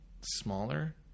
smaller